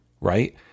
right